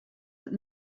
that